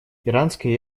иранская